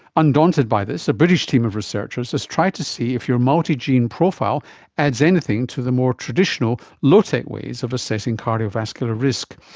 undaunted by this, a british team of researchers has tried to see if your multi-gene profile adds anything to the more traditional low-tech ways of assessing cardiovascular risk.